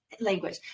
language